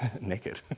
naked